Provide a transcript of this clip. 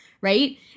Right